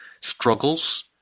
struggles